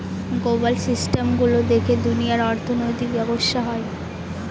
global system গুলো দেখে দুনিয়ার অর্থনৈতিক ব্যবসা হয়